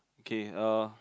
K uh